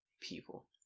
people